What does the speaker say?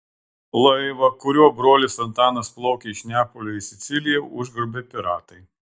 laivą kuriuo brolis antanas plaukė iš neapolio į siciliją užgrobė piratai